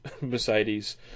Mercedes